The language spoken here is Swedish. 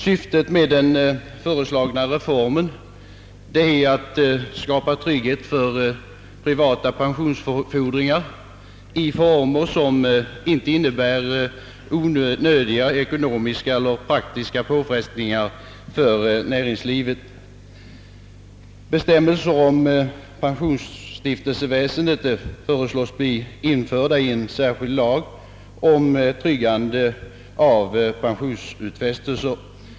Syftet med den föreslagna reformen är att skapa trygghet för privata pensionsfordringar i former som inte innebär onödiga ekonomiska eller praktiska påfrestningar för näringslivet. Bestämmelser om pensionsstiftelseväsendet föreslås bli införda i en särskild lag om tryggande av pensionsutfästelser.